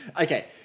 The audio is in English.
okay